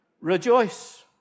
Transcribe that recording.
Rejoice